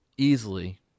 easily